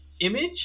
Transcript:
image